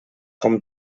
com